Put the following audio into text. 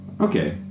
Okay